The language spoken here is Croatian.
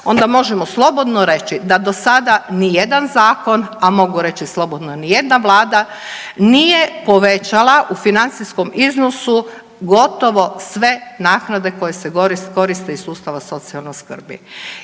onda možemo slobodno reći da do sada nijedan zakon, a mogu reći slobodno nijedna vlada nije povećala u financijskom iznosu gotovo sve naknade koje se koriste iz sustava socijalne skrbi